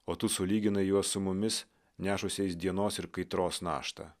o tu sulyginai juos su mumis nešusiais dienos ir kaitros naštą